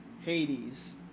Hades